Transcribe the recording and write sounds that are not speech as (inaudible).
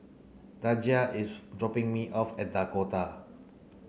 Daija is (noise) dropping me off at Dakota